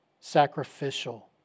sacrificial